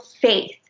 faith